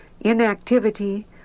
inactivity